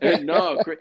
No